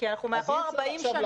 אנחנו מאחור 40 שנים ולא עשר שנים.